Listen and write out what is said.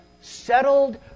settled